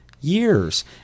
years